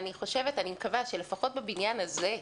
אני מקווה, שלפחות בבניין הזה,